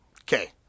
okay